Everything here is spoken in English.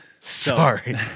Sorry